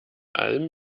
alm